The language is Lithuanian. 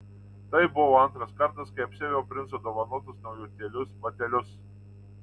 tai buvo antras kartas kai apsiaviau princo dovanotus naujutėlius batelius